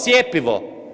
Cjepivo.